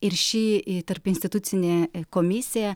ir ši tarpinstitucinė komisija